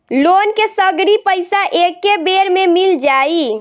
Loan के सगरी पइसा एके बेर में मिल जाई?